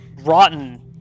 rotten